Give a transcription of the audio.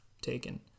taken